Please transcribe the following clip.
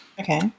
Okay